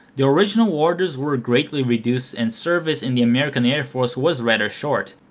the original orders were greatly reduced and service in the american air force was rather short,